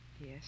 Yes